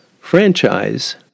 franchise